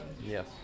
Yes